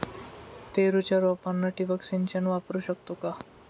पेरूच्या रोपांना ठिबक सिंचन वापरू शकतो का?